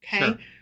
Okay